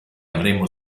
avremmo